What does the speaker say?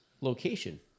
location